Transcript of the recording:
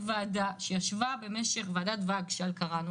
ועדה ששמה ועדת וגשל שעסקה